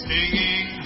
Singing